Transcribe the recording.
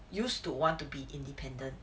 used to want to be independent